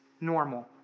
normal